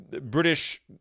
British